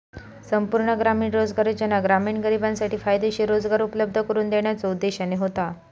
संपूर्ण ग्रामीण रोजगार योजना ग्रामीण गरिबांसाठी फायदेशीर रोजगार उपलब्ध करून देण्याच्यो उद्देशाने होता